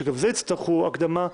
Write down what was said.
שגם לזה יצטרכו הקדמה,